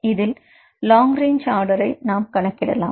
இதில் long range ஆர்டரை நாம் கணக்கிடலாம்